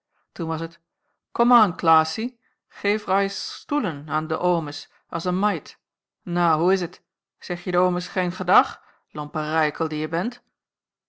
toen was het kom a'n klaassie geef rais stoelen a'n de oomes a's n maid nou hoe is het zeg je de oomes gein gendag lompe reikel die je bent